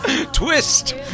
Twist